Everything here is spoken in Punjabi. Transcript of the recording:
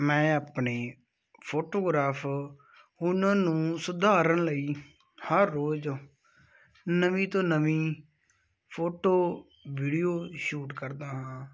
ਮੈਂ ਆਪਣੇ ਫੋਟੋਗਰਾਫ ਉਹਨਾਂ ਨੂੰ ਸੁਧਾਰਨ ਲਈ ਹਰ ਰੋਜ਼ ਨਵੀਂ ਤੋਂ ਨਵੀਂ ਫੋਟੋ ਵੀਡੀਓ ਸ਼ੂਟ ਕਰਦਾ ਹਾਂ